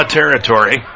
territory